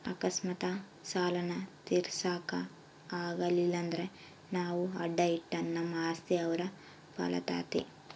ಅಕಸ್ಮಾತ್ ಸಾಲಾನ ತೀರ್ಸಾಕ ಆಗಲಿಲ್ದ್ರ ನಾವು ಅಡಾ ಇಟ್ಟ ನಮ್ ಆಸ್ತಿ ಅವ್ರ್ ಪಾಲಾತತೆ